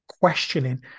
questioning